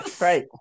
right